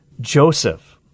Joseph